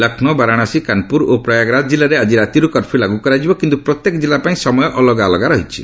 ଲକ୍ଷ୍ରୌ ବାରଣାସୀ କାନପୁର ଓ ପ୍ରୟାଗରାଜ ଜିଲ୍ଲାରେ ଆଜି ରାତିରୁ କର୍ଫ୍ୟୁ ଲାଗୁ କରାଯିବ କିନ୍ତୁ ପ୍ରତ୍ୟେକ ଜିଲ୍ଲା ପାଇଁ ସମୟ ଅଲଗା ଅଲଗା ରହିଛି